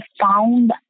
found